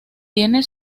tiene